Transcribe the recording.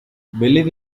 believe